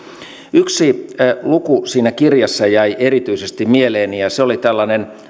yksi luku siinä kirjassa jäi erityisesti mieleeni ja ja se oli tällainen